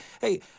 Hey